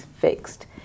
fixed